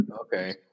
okay